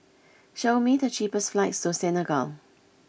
show me the cheapest flights to Senegal